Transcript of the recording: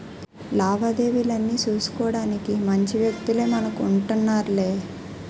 లావాదేవీలన్నీ సూసుకోడానికి మంచి వ్యక్తులే మనకు ఉంటన్నారులే